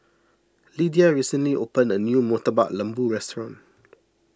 Lydia recently opened a new Murtabak Lembu restaurant